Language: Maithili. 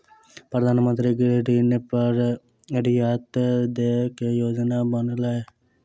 प्रधान मंत्री गृह ऋण पर रियायत दय के योजना बनौलैन